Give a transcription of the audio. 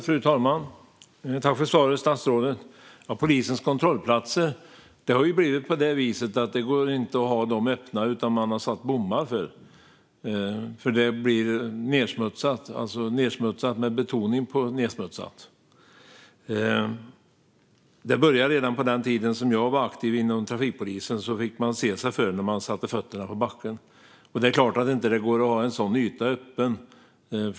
Fru talman! Jag tackar statsrådet för svaret. Det går inte att ha polisens kontrollplatser öppna, utan man har satt bommar för dem. Annars blir det nedsmutsat, med betoning på nedsmutsat. Det började redan på den tiden när jag var aktiv inom trafikpolisen. Då fick man se sig för när man satte fötterna på backen. Det är klart att det inte går att ha en sådan yta öppen.